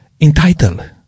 entitled